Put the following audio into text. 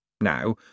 Now